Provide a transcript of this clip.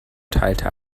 teilte